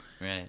Right